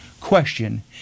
Question